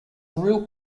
real